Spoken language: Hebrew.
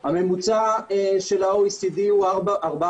הגיל הממוצע של החקלאים בישראל הוא כמעט ששים.